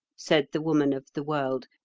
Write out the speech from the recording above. said the woman of the world,